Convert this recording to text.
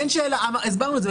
אין שאלה, הסברנו את זה.